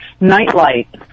nightlight